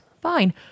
fine